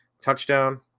Touchdown